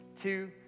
Two